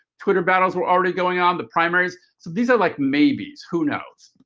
twitter battles were already going on. the primaries. so these are like maybes, who knows.